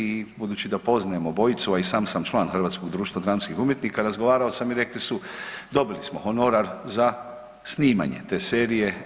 I budući da poznajem obojicu, a i sam sam član Hrvatskog društva dramskih umjetnika razgovarao sam i rekli su dobili smo honorar za snimanje te serije.